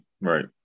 Right